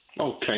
Okay